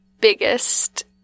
biggest